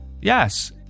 Yes